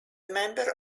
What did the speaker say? member